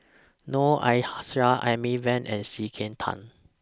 Noor Aishah Amy Van and C K Tang